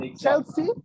chelsea